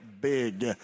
big